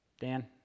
Dan